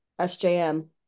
SJM